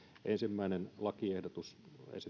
ensimmäinen lakiehdotus